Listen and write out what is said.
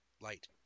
light